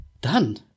done